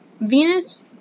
Venus